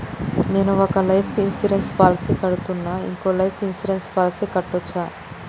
నేను ఒక life insurance policy కడ్తున్నా, ఇంకో లైఫ్ ఇన్సూరెన్స్ పాలసీ కట్టొచ్చా?